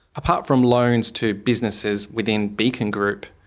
apart from loans to businesses within beacon group.